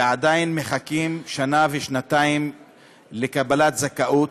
ועדיין מחכים שנה ושנתיים לקבלת זכאות,